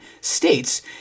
states